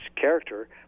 character